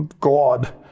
God